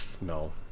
no